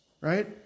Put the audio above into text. right